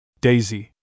Daisy